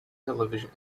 television